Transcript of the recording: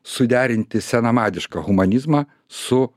suderinti senamadišką humanizmą su